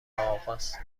آقاست